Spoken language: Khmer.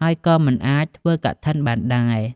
ហើយក៏មិនអាចធ្វើកឋិនបានដែរ។